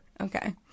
Okay